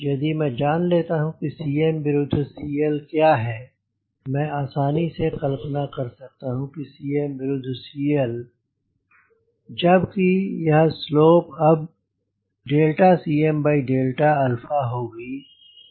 यदि मैं जान लेता हूँ कि Cm विरुद्ध CL क्या है मैं आसानी से कल्पना कर सकता हूँ Cm विरुद्ध CL जब कि यह स्लोप अब Cm होगी